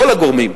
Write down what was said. כל הגורמים,